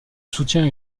soutien